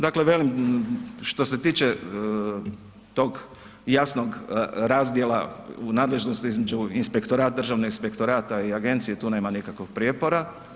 Dakle, velim što se tiče tog jasnog razdjela u nadležnosti između inspektorata, Državnog inspektorata i agencije tu nema nikakvog prijepora.